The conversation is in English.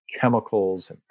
chemicals